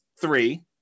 three